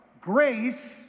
grace